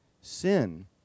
sin